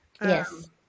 Yes